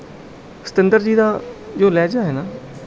ਸਤਿੰਦਰ ਜੀ ਦਾ ਜੋ ਲਹਿਜਾ ਹੈ ਨਾ